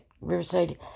Riverside